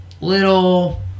little